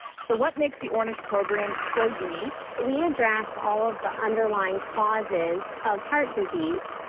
so what makes the ornish program so unique? we address all of the underlying causes of heart disease.